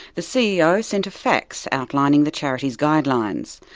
the ceo sent a fax outlining the charity's guidelines.